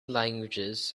languages